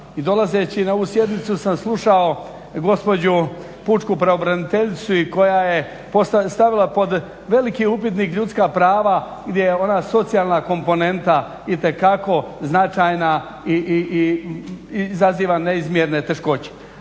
dolazeći na ovu sjednicu sam slušao gospođu pučku pravobraniteljicu koja je stavila pod veliki upitnik ljudska prava gdje je ona socijalna komponenta itekako značajna i izaziva neizmjerne teškoće.